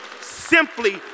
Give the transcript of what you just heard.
simply